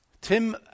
Tim